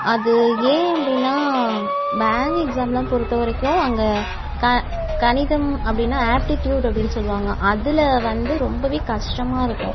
அது ஏன் அப்படினா பேங்க் எக்ஸாம்லாம் பொறுத்தவரைக்கும் அங்கே க கணிதம் அப்படினா ஆப்டிட்டியூட் அப்படினு சொல்வாங்க அதில் வந்து ரொம்பவே கஷ்டமாக இருக்கும்